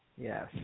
Yes